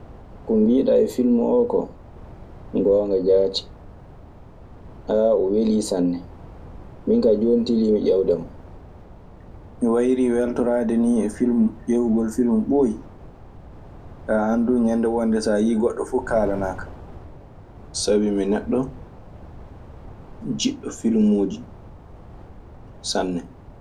"Ko mbiiɗaa e filmu oo koo, ngoonga jaati. O welii sanne. Min kaa jooni tiliimi ƴewde mo."